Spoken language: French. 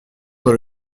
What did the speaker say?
dans